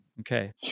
Okay